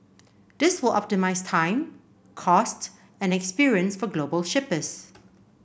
this will optimise time cost and experience for global shippers